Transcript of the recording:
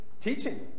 teaching